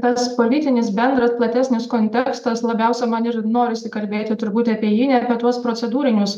tas politinis bendras platesnis kontekstas labiausia man ir norisi kalbėti turbūt apie jį ne apie tuos procedūrinius